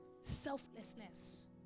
selflessness